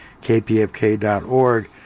kpfk.org